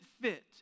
fit